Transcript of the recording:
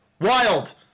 Wild